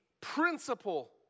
principle